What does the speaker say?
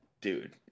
dude